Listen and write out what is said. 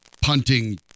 punting